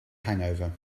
hangover